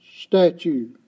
statue